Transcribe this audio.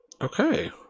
Okay